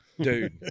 dude